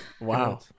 wow